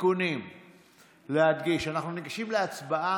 להדגיש: אנחנו ניגשים להצבעה,